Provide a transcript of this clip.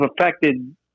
affected